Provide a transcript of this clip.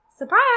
Surprise